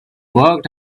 worked